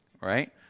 right